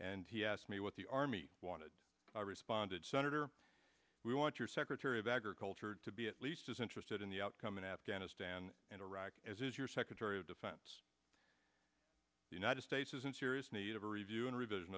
and he asked me what the army wanted i responded senator we want your secretary of agriculture to be at least as interested in the outcome in afghanistan and iraq as is your secretary of defense the united states is in serious need of a review and revision